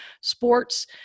sports